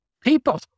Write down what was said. people